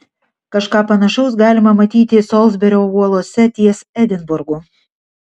kažką panašaus galima matyti solsberio uolose ties edinburgu